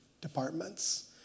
departments